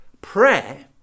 prayer